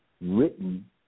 written